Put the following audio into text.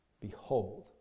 Behold